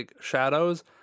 shadows